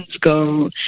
go